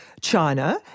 China